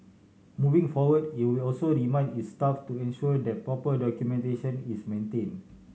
moving forward it would also remind its staff to ensure that proper documentation is maintained